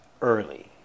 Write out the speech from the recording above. early